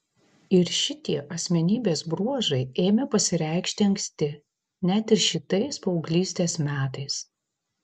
ir šitie asmenybės bruožai ėmė pasireikšti anksti net ir šitais paauglystės metais